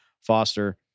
Foster